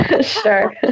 Sure